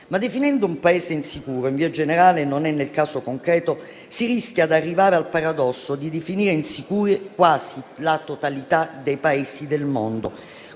Definendo un Paese insicuro in via generale, e non nel caso concreto, si rischia però di arrivare al paradosso di definire insicuri quasi la totalità dei Paesi del mondo,